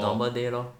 normal day lor